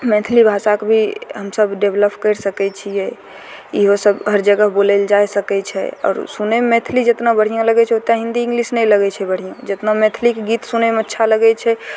मैथिली भाषाके भी हमसब डेवलप करि सकय छियै ईहो सब हर जगह बोलल जाइ सकय छै आओर सुनयमे मैथिली जितना बढ़िआँ लगय छै उतना हिन्दी इंग्लिश नहि लगय छै बढ़िआँ जितना मैथिलीके गीत सुनयमे अच्छा लगय छै